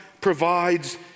provides